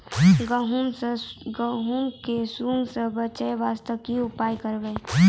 गहूम के सुंडा से बचाई वास्ते की उपाय करबै?